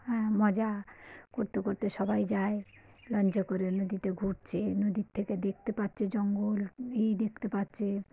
হ্যাঁ মজা করতে করতে সবাই যায় লঞ্চে করে নদীতে ঘুরছে নদীর থেকে দেখতে পাচ্ছে জঙ্গল এই দেখতে পাচ্ছে